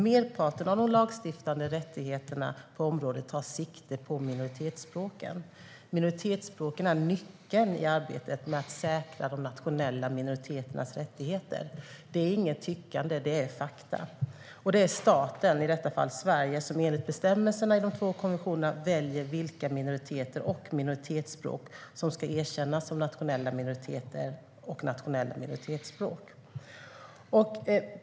Merparten av de lagstiftade rättigheterna på området tar sikte på minoritetsspråken. De är nyckeln i arbetet med att säkra de nationella minoriteternas rättigheter. Det är inget tyckande, det är fakta. Det är staten, i detta fall Sverige, som enligt bestämmelserna i de två konventionerna väljer vilka minoriteter och minoritetsspråk som ska erkännas som nationella minoriteter och minoritetsspråk.